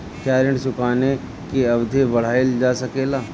क्या ऋण चुकाने की अवधि बढ़ाईल जा सकेला?